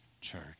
church